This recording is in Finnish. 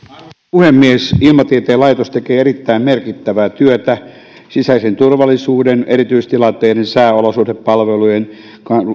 puhemies ilmatieteen laitos tekee erittäin merkittävää työtä sisäisen turvallisuuden erityistilanteiden sääolosuhdepalvelujen